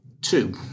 two